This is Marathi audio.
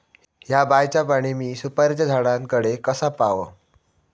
हया बायचा पाणी मी सुपारीच्या झाडान कडे कसा पावाव?